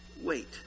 wait